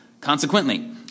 Consequently